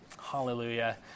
Hallelujah